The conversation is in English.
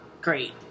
great